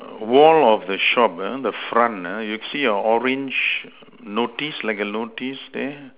wall of the shop uh the front uh you see your orange notice like a notice there